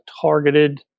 targeted